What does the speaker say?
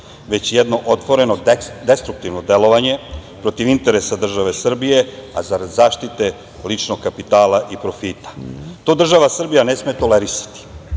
već jedno otvoreno destruktivno delovanje, protiv interesa države Srbije, a zarad zaštite ličnog kapitala i profita. To država Srbija ne sme tolerisati,